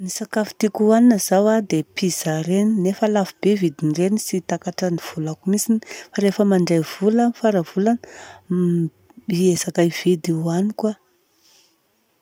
Ny sakafo tiako ohanina zao an dia pizza ireny nefa lafo be ny vidin'ireny tsy takatran'ny volako mintsiny. Rehefa mandray vola aho amin'ny faran'ny volana, hiezaka hividy ny ohaniko aho.